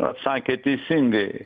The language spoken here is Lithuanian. atsakė teisingai